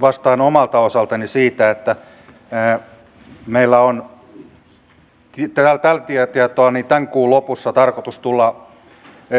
vastaan omalta osaltani siitä että meidän on tällä tietoa tämän kuun lopussa tarkoitus tulla